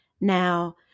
Now